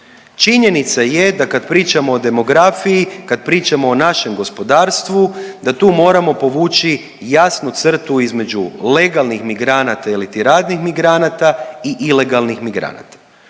Činjenica je da kad pričamo o demografiji, kad pričamo o našem gospodarstvu da tu moramo povući jasnu crtu između legalnih migranata iliti radnih migranata i ilegalnih migranata.